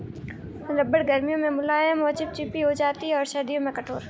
रबड़ गर्मियों में मुलायम व चिपचिपी हो जाती है और सर्दियों में कठोर